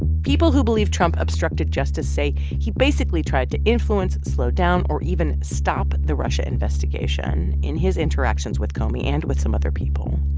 people who believe trump obstructed justice say he basically tried to influence, slow down or even stop the russia investigation in his interactions with comey and with some other people.